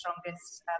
strongest